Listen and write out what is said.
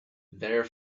there